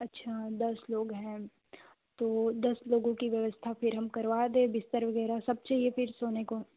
अच्छा दस लोग हैं तो दस लोगों की व्यवस्था फिर हम करवा दें बिस्तर वगैरह सब चाहिए फिर सोने को